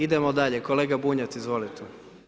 Idemo dalje, kolega Bunjac, izvolite.